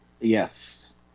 Yes